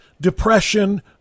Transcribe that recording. depression